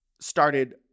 started